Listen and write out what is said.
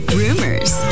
rumors